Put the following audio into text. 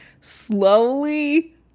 slowly